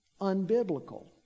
unbiblical